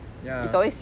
ya